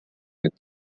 mõned